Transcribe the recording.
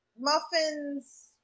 muffins